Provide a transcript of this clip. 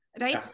right